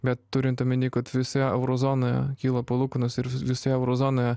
bet turint omeny kad visoje euro zonoje kyla palūkanos ir visoje euro zonoje